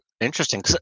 Interesting